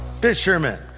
fishermen